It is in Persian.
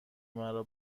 مرا